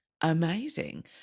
amazing